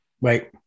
Right